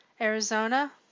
Arizona